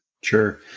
Sure